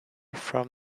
from